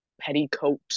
petticoat